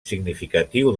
significatiu